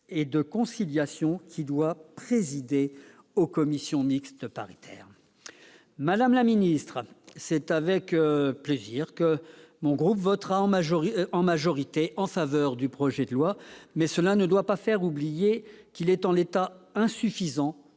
et de conciliation qui doit présider au cours des commissions mixtes paritaires. Madame la garde des sceaux, c'est avec plaisir que mon groupe votera en majorité en faveur du projet de loi, mais cela ne doit pas faire oublier que celui-ci est en l'état insuffisant